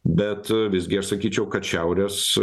bet visgi aš sakyčiau kad šiaurės